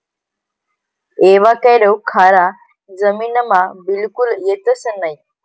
avocado खारा जमीनमा बिलकुल येतंस नयी